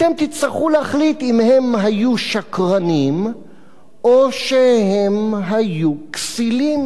אתם תצטרכו להחליט אם הם היו שקרנים או שהם היו כסילים.